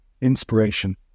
inspiration